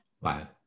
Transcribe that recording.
wow